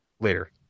Later